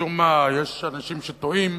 משום מה יש אנשים שטועים,